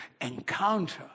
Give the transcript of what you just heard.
encounter